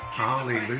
Hallelujah